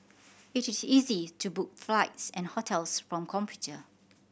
it is easy to book flights and hotels from computer